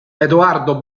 edoardo